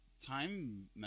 time